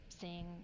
seeing